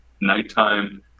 Nighttime